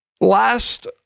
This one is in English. Last